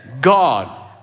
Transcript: God